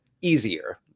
easier